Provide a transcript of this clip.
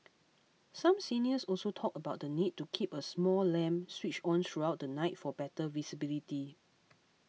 some seniors also talked about the need to keep a small lamp switched on throughout the night for better visibility